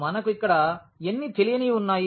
మనకు ఇక్కడ ఎన్ని తెలియనివి ఉన్నాయి